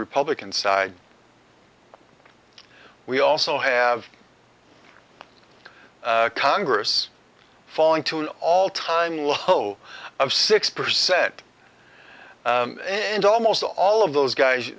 republican side we also have a congress falling to an all time low whoa of six percent and almost all of those guys